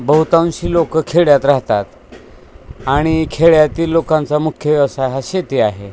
बहुतांश लोकं खेड्यात राहतात आणि खेड्यातील लोकांचा मुख्य व्यवसाय हा शेती आहे